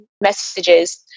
messages